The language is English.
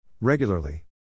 Regularly